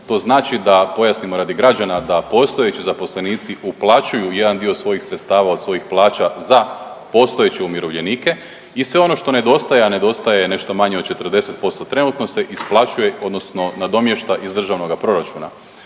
to znači da pojasnimo radi građana da postojeći zaposlenici uplaćuju jedan dio svojih sredstava od plaća za postojeće umirovljenike i sve ono što nedostaje, a nedostaje nešto manje od 40% trenutno se isplaćuje odnosno nadomješta iz državnoga proračuna.